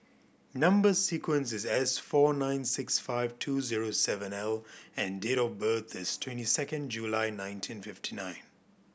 number sequence is S four nine six five two zero seven L and date of birth is twenty second July nineteen fifty nine